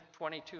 22